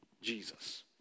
Jesus